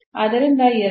ಆದ್ದರಿಂದ ಎರಡು